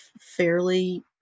fairly